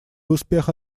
успеха